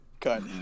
Cut